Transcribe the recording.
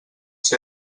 ser